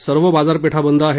सर्व बाजारपेठा बंद आहेत